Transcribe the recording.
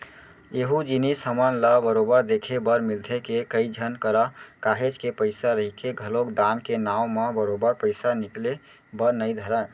एहूँ जिनिस हमन ल बरोबर देखे बर मिलथे के, कई झन करा काहेच के पइसा रहिके घलोक दान के नांव म बरोबर पइसा निकले बर नइ धरय